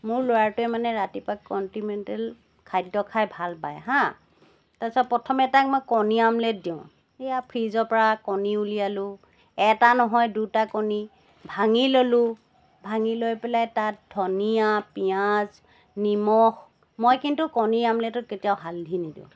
মোৰ ল'ৰাটোৱে মানে ৰাতিপুৱা কণ্টিনেণ্টেল খাদ্য খাই ভাল পায় হা তাৰপিছত প্ৰথমে তাক মই কণী আমলেট দিওঁ সেয়া ফ্ৰীজৰ পৰা কণী উলিয়ালো এটা নহয় দুটা কণী ভাঙি ল'লো ভাঙি লৈ পেলাই তাত ধনিয়া পিঁয়াজ নিমখ মই কিন্তু কণী আমলেটত কেতিয়াও হালধি নিদিওঁ